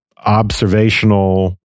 observational